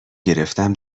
گرفتم